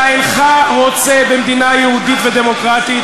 אתה אינך רוצה במדינה יהודית ודמוקרטית